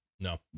No